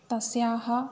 तस्याः